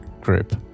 group